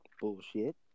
Bullshit